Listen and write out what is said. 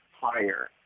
higher